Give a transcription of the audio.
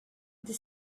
the